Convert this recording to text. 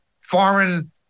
foreign